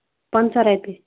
پَنٛژاہ رۄپیہِ